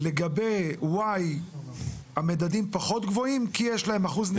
ולגבי Y המדדים פחות גבוהים כי יש להם אחוז נשירה גבוהה יותר.